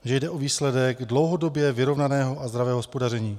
Že jde o výsledek dlouhodobě vyrovnaného a zdravého hospodaření.